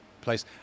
place